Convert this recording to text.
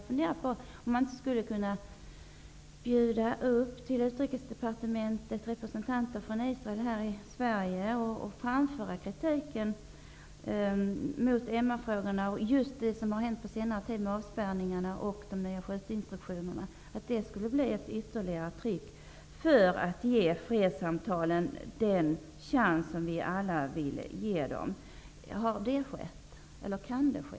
Jag funderar på om man inte skulle kunna bjuda in representater från Israel, som finns här i Sverige, till Utrikesdepartementet och framföra kritik när det gäller MR-frågorna och det som har hänt på senare tid, t.ex. avspärrningarna och de nya skytteinstruktionerna. Det skulle innebära en ytterligare påtryckning för att fredssamtalen skall ges den chans som vi alla vill att de skall få. Har detta skett, eller kan det ske?